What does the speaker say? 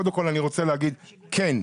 קודם כל אני רוצה להגיד, כן,